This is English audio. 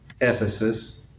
Ephesus